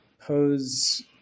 pose